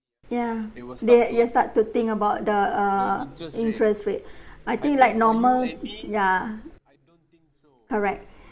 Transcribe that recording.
ya they will start to think about the err interest rate I think like normal ya correct